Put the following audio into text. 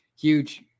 huge